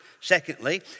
Secondly